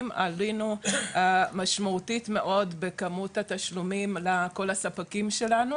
עלינו משמעותית מאוד בכמות התשלומים לכל הספקים שלנו